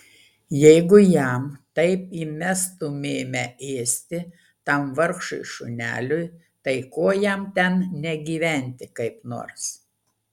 jeigu jam taip įmestumėme ėsti tam vargšui šuneliui tai ko jam ten negyventi kaip nors